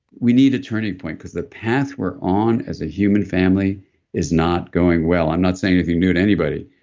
we need a turning point, because the path we're on as a human family is not going well. i'm not saying anything new to anybody.